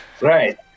Right